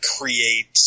create